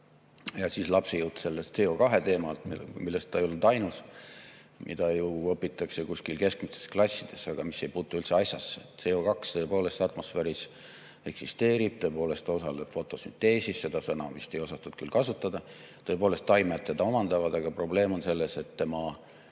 Ja siis lapsejutt selle CO2teemal, milles ta ei olnud ainus. Seda ju õpitakse kuskil keskmistes klassides, aga see ei puutu üldse asjasse. CO2atmosfääris eksisteerib, tõepoolest see osaleb fotosünteesis – seda sõna vist ei osatud küll kasutada –, tõepoolest taimed seda omandavad. Aga probleem on selles, et selle